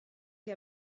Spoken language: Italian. che